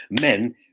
Men